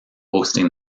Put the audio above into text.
hosting